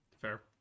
fair